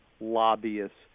lobbyists